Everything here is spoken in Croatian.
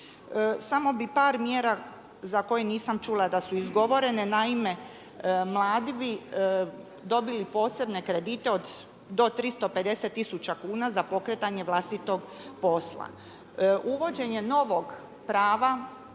Samo bih par mjera za koje nisam čula da su izgovorene. Naime, mladi bi dobili posebne kredite do 350 tisuća kuna za pokretanje vlastitog posla. Uvođenje novog prava